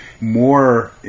more